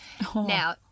Now